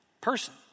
person